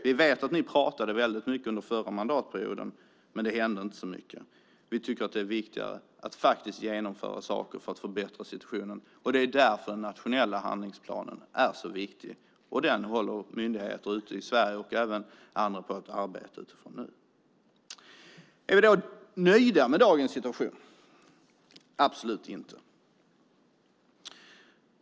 Vi vet att ni pratade mycket under den förra mandatperioden, men det hände inte så mycket. Vi tycker att det är viktigare att faktiskt genomföra saker för att förbättra situationen. Det är därför den nationella handlingsplanen är så viktig. I Sverige arbetar nu myndigheter och andra utifrån den. Är vi då nöjda med dagens situation? Absolut inte!